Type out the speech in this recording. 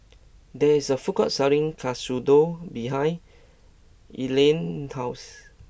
there is a food court selling katsudon behind Elena's house